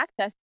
access